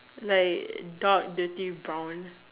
like dark dirty brown